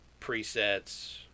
presets